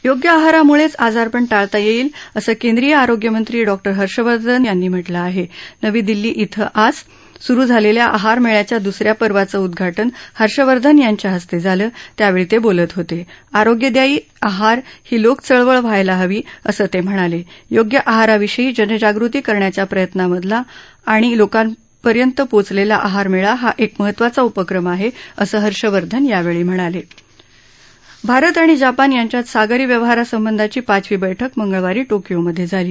योग्य आहाराम्ळ ्य आजारपण ाळता यईल असं क्रद्वीय आरोग्यमंत्री डॉक र हर्षवर्धन यांनी म्ह लं आह नवी दिल्ली इथं आज स्रु झाल या आहार मक्र्याच्या द्सऱ्या पर्वाचं उद्घा न हर्षवर्धन यांच्या हस्त झालं त्यावळी त बोलत होत आरोग्यदायी आहार ही लोकचळवळ व्हायला हवी असं त म्हणाल योग्य आहाराविषयी जनजागृती करण्याच्या प्रयत्नांमधला आणि लोकांपर्यंत पोचलक्षा आहारमक्ळा हा एक महत्वाचा उपक्रम आहा़ असं हर्षवर्धन यावळी म्हणाल भारत आणि जपान यांच्यात सागरी व्यवहारासंबंधाची पाचवी बैठक मंगळवारी शोकियोमध झाली